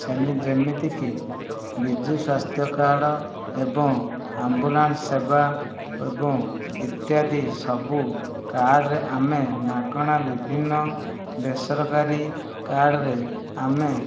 ସେମିତି ଯେମିତିକି ବିଜୁ ସ୍ୱାସ୍ଥ୍ୟ କାର୍ଡ଼ ଏବଂ ଆମ୍ବୁଲାନ୍ସ ସେବା ଏବଂ ଇତ୍ୟାଦି ସବୁ କାର୍ଡ଼ରେ ଆମେ ମାଗଣା ବିଭିନ୍ନ ବେସରକାରୀ କାର୍ଡ଼ରେ ଆମେ